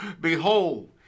Behold